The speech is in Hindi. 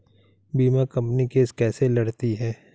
बीमा कंपनी केस कैसे लड़ती है?